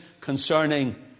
concerning